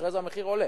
אחרי זה המחיר עולה,